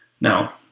Now